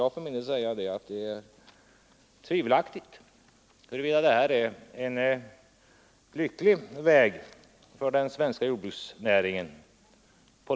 Det är från principiell synpunkt tvivelaktigt, om detta på lång sikt är en lycklig väg för den svenska jordbruksnäringen.